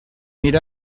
meet